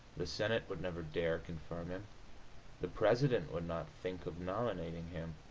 the senate would never dare confirm him the president would not think of nominating him.